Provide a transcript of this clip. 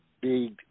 big